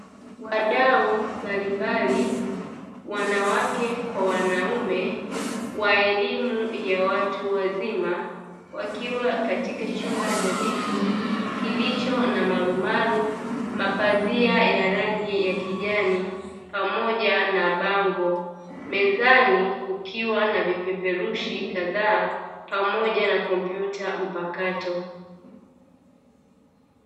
Wadau mbalimbali wanawake kwa wanaume wa elimu ya watu wazima wakiwa katika chumba nadhifu kilicho na: marumaru, mapazia ya rangi ya kijani, pamoja na bango; mezani kukiwa na vipeperushi kadhaa pamoja na kompyuta mpakato.